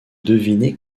deviner